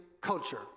culture